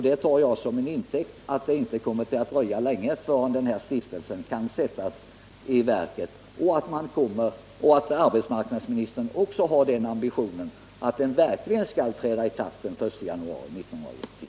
Det tar jag som intäkt för att det inte kommer att dröja länge förrän beslutet om stiftelsen kan sättas i verket och att arbetsmarknadsministern har ambitionen att verksamheten verkligen skall starta den 1 januari 1980.